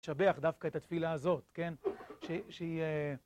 לשבח דווקא את התפילה הזאת, כן? שהיא אה...